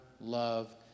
love